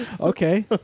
Okay